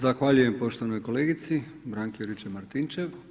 Zahvaljujem poštovanoj kolegici Branki Juričev Martinčev.